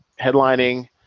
headlining